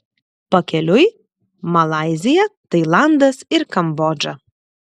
pakeliui malaizija tailandas ir kambodža